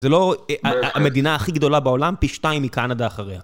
זו לא המדינה הכי גדולה בעולם, פי שתיים היא קנדה אחריה.